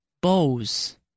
Bows